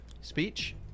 Speech